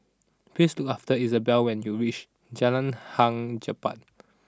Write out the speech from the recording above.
please look after Izabella when you reach Jalan Hang Jebat